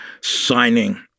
signing